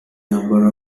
number